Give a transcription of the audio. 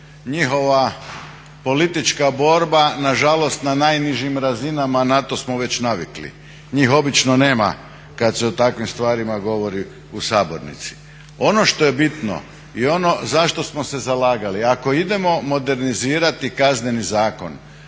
njihova politička borba nažalost na najnižim razinama a na to smo već navikli. Njih obično nema kada se o takvim stvarima govori u sabornici. Ono što je bitno i ono za što smo se zalagali. Ako idemo modernizirati Kazneni zakon